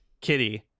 Kitty